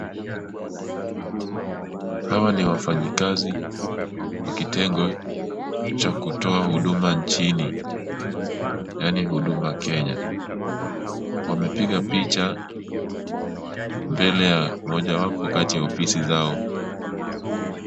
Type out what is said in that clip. Hawa ni wafanyikazi wa kitengo cha kutoa huduma nchini, yaani huduma Kenya. Wamepiga picha, mbele ya mojawapo kati ya ofisi zao.